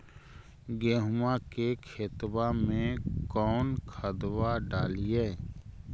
गेहुआ के खेतवा में कौन खदबा डालिए?